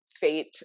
fate